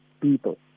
people